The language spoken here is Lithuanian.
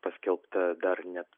paskelbta dar net